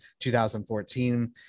2014